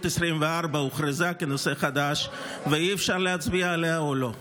24 הוכרזה כנושא חדש ואפשר להצביע עליה או לא.